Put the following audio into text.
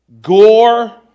gore